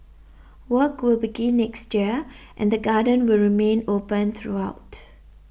work will begin next year and the garden will remain open throughout